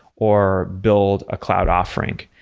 or build a cloud offering,